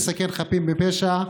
לסכן חפים מפשע,